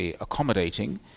accommodating